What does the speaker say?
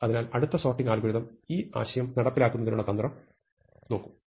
അതിനാൽ അടുത്ത sorting algorithm ഈ ആശയം നടപ്പിലാക്കുന്നതിനുള്ള തന്ത്രം നോക്കും